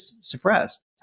suppressed